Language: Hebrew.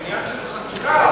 זה עניין של חקיקה,